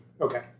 okay